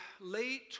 late